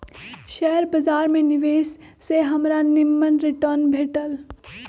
share बाजार में निवेश से हमरा निम्मन रिटर्न भेटल